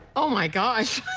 oh, my gosh!